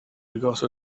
because